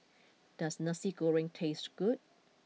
does Nasi Goreng taste good